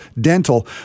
dental